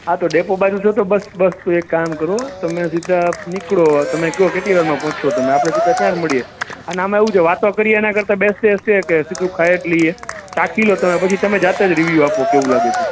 હા તો ડેપો બાજુ છો તો બસ બસ તો એક કામ કરો તમે સીધા નીકળો તમે કયો કેટલી વારમાં પોચશો તમે આપણે સીધા ત્યાંજ મળીએ અને આમાં એવું છે વાતો કરીયે ને એના કરતાં બેસીએ હસીએ કે સીધું ખાય જ લઈએ ચાખી લો તમે પછી તમે જાતે જ રિવ્યુ આપો કેવું લાગે છે